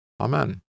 Amen